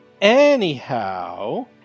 Anyhow